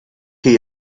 chi